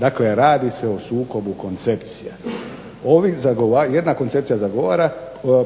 Dakle radi se o sukobu koncepcija. Jedna koncepcija zagovara